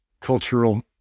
cultural